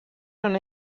non